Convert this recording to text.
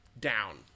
down